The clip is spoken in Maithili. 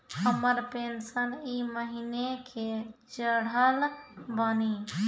हमर पेंशन ई महीने के चढ़लऽ बानी?